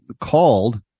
called